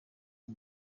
uyu